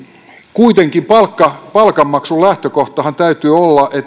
kuitenkin palkanmaksun lähtökohdanhan täytyy olla